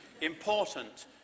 important